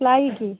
ply की